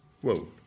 Whoa